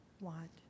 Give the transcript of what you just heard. want